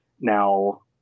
Now